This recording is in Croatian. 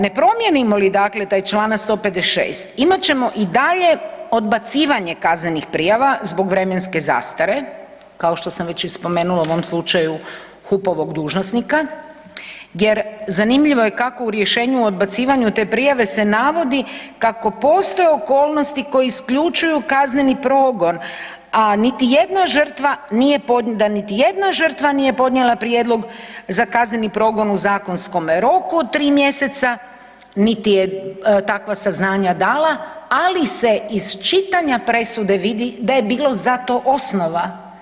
Ne promijenimo li dakle taj čl. 156. imat ćemo i dalje odbacivanje kaznenih prijava zbog vremenske zastare, kao što sam već spomenula u ovom slučaju HUP-ovog dužnosnika jer zanimljivo je kako u rješenju u odbacivanju te prijave se navadi kako postoje okolnosti koje isključuju kazneni progon, a da niti jedna žrtva nije podnijela prijedlog za kazneni progon u zakonskom roku od tri mjeseca niti je takva saznanja dala, ali se iz čitanja presude vidi da je bilo za to osnova.